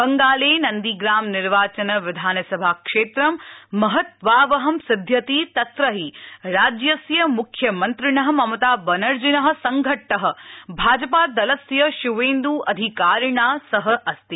बंगाले नन्दीग्राम निर्वाचन विधानसभा क्षेत्रं महत्वावहं सिध्यति तत्र हि राज्यस्य मुख्यमन्त्रिणः ममता बनर्जिनः संघट्टः भाजपा दलस्य श्वेन्द् अधिकारिणा सह अस्ति